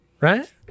right